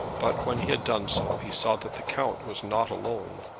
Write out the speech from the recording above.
but when he had done so, he saw that the count was not alone.